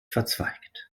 verzweigt